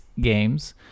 games